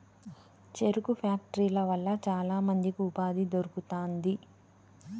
చెరుకు ఫ్యాక్టరీల వల్ల చాల మందికి ఉపాధి దొరుకుతాంది